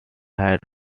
had